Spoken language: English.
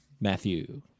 Matthew